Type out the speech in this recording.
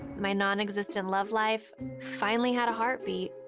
my non-existent love life finally had a heartbeat.